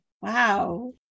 wow